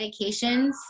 medications